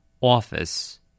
Office